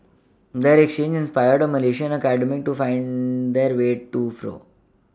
their exchange inspired a Malaysian academic to wide that way too flow